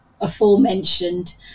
aforementioned